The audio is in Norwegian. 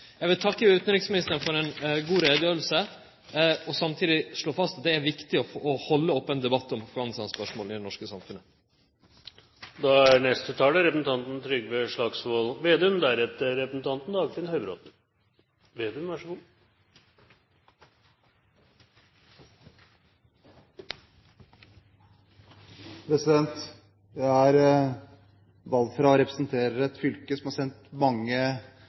Eg vil takke utanriksministeren for ei god utgreiing og samtidig slå fast at det er viktig å halde debatten om Afghanistan-spørsmålet i det norske samfunnet open. Jeg er valgt fra og representerer et fylke som har sendt mange